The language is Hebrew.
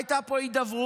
הייתה פה הידברות,